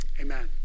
Amen